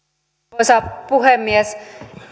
arvoisa puhemies